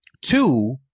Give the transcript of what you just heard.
two